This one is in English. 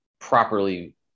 properly